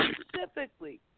specifically